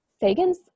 Sagan's